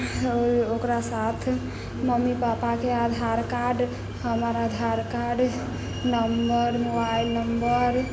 ओकरा साथ मम्मी पापाके आधार कार्ड हमर Aadhaar card number mobile number